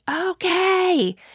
okay